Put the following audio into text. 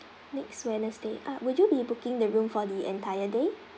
next wednesday uh would you be booking the room for the entire day